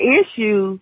issue